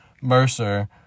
Mercer